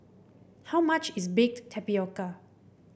how much is Baked Tapioca